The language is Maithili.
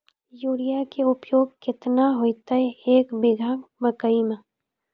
यूरिया के उपयोग केतना होइतै, एक बीघा मकई मे?